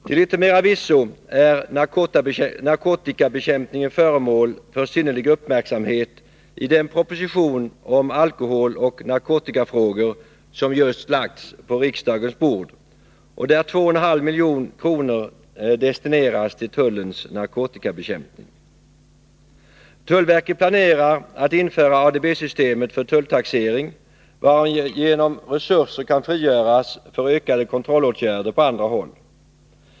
Till yttermera visso är narkotikabekämpningen föremål för synnerlig uppmärksamhet i den proposition om alkoholoch narkotikafrågor som just lagts på riksdagens bord, där 2,5 milj.kr. destineras till tullens narkotikabekämpning. Tullverket planerar att införa ADB-systemet för tulltaxering, varigenom resurser kan frigöras för ökade kontrollåtgärder på andra håll.